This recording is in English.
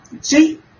See